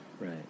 Right